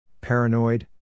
paranoid